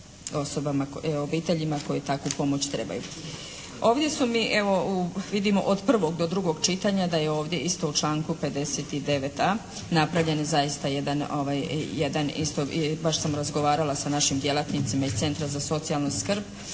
osobama, obiteljima koje takvu pomoć trebaju. Ovdje su mi evo, vidimo od prvog do drugog čitanja da je ovdje u članku 59.a napravljeno zaista jedan isto, baš sam i razgovarala sa našim djelatnicima iz centra za socijalnu skrb,